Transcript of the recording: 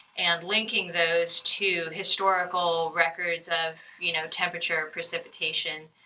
and linking those to historical records of you know temperature, precipitation.